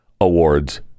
awards